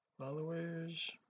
followers